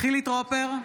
חילי טרופר,